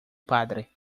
padre